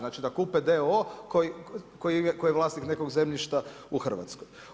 Znači da kupe d.o.o. koji je vlasnik nekog zemljišta u Hrvatskoj.